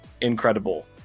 incredible